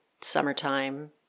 summertime